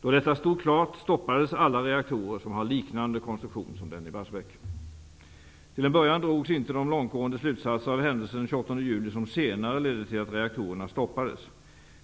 Då detta stod klart stoppades alla reaktorer som har liknande konstruktion som den i Till en början drogs inte de långtgående slutsatser av händelsen den 28 juli som senare ledde till att rektorerna stoppades.